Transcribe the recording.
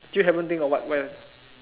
still haven't think of what what you have